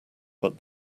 but